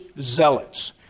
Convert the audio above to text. zealots